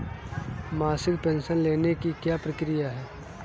मासिक पेंशन लेने की क्या प्रक्रिया है?